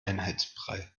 einheitsbrei